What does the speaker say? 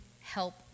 help